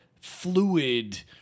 fluid